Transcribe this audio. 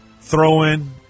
throwing